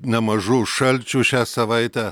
nemažų šalčių šią savaitę